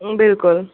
بلکُل